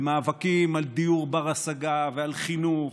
במאבקים על דיור בר-השגה חינוך,